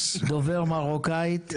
דובר מרוקאית,